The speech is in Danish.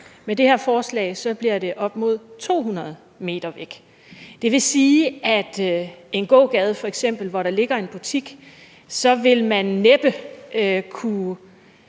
Med det her forslag bliver det op mod 200 m væk. Det vil sige, at man i f.eks. en gågade, hvor der ligger en butik, næppe vil kunne